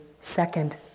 second